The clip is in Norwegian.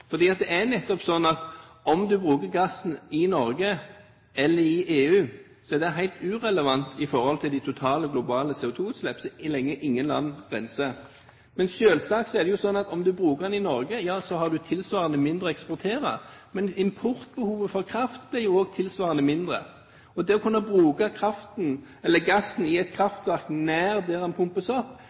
det er nettopp slik at om en bruker gassen i Norge eller i EU, er helt irrelevant med tanke på de totale globale CO2-utslippene, så lenge ingen land renser. Men selvsagt er det slik at om en bruker den i Norge, så har en tilsvarende mindre å eksportere, men importbehovet for kraft blir også tilsvarende mindre. Det å kunne bruke kraften, eller gassen, i et kraftverk nær der den pumpes opp,